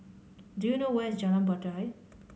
do you know where is Jalan Batai